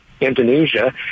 Indonesia